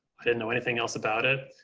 i didn't know anything else about it.